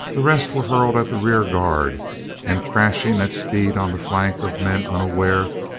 the rest were hurled at the rear guard and, crashing at speed on the flank of men unaware,